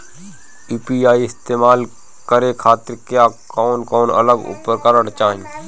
UPI इस्तेमाल करने खातिर क्या कौनो अलग उपकरण चाहीं?